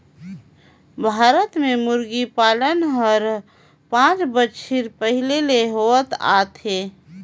भारत में मुरगी पालन हर पांच बच्छर पहिले ले होवत आत हे